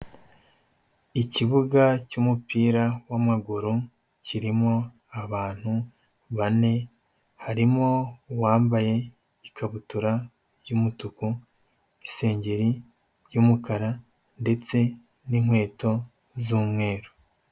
Ikibuga cy'umupira w'amaguru kirimo abantu bane, harimo uwambaye ikabutura y'umutuku, isengeri y'umukara ndetse n'inkweto z'umweru.